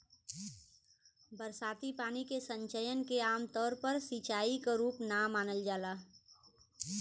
बरसाती पानी के संचयन के आमतौर पर सिंचाई क रूप ना मानल जाला